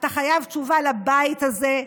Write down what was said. אתה חייב תשובה לבית הזה,